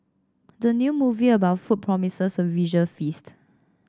the new movie about food promises a visual feast